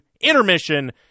intermission